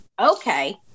Okay